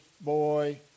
boy